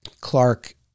Clark